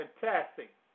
fantastic